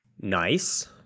Nice